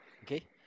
okay